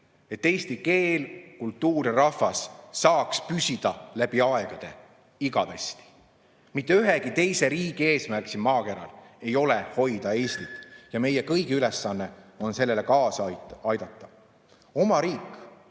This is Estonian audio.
Et eesti keel, kultuur ja rahvas saaks püsida läbi aegade, igavesti. Mitte ühegi teise riigi eesmärk siin maakeral ei ole hoida Eestit. Meie kõigi ülesanne on sellele [hoidmisele] kaasa aidata. Oma riik